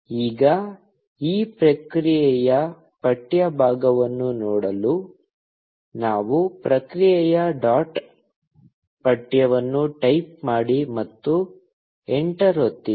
ಈಗ ಈ ಪ್ರತಿಕ್ರಿಯೆಯ ಪಠ್ಯ ಭಾಗವನ್ನು ನೋಡಲು ನಾವು ಪ್ರತಿಕ್ರಿಯೆ ಡಾಟ್ ಪಠ್ಯವನ್ನು ಟೈಪ್ ಮಾಡಿ ಮತ್ತು ಎಂಟರ್ ಒತ್ತಿರಿ